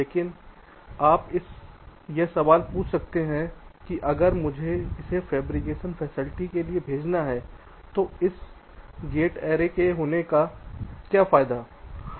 लेकिन आप यह सवाल पूछ सकते हैं कि अगर मुझे इसे फेब्रिकेशन फैसिलिटी के लिए भेजना है तो इस गेट ऐरे के होने का क्या फायदा है